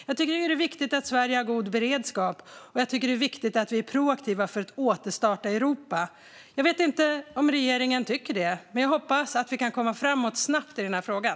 Jag tycker att det är viktigt att Sverige har en god beredskap, och jag tycker att det är viktigt att vi är proaktiva för att återstarta Europa. Jag vet inte om regeringen tycker det, men jag hoppas att vi kan komma framåt snabbt i den här frågan.